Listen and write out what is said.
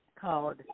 called